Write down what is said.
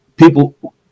People